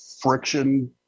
friction